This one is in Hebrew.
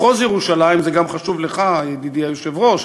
מחוז ירושלים, זה גם חשוב לך, ידידי היושב-ראש,